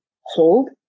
hold